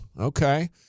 Okay